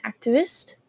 activist